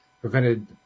prevented